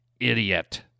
idiot